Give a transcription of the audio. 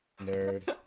nerd